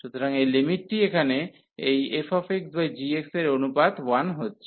সুতরাং এই লিমিটটি এখানে এই fxgx এর অনুপাত 1 হচ্ছে